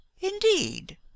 indeed